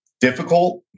difficult